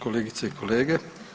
Kolegice i kolege.